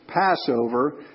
Passover